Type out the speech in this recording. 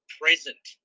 present